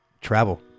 travel